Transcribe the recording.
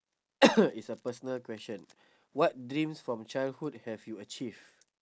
is a personal question what dreams from childhood have you achieve